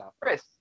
Chris